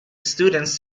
students